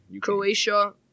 Croatia